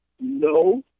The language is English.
No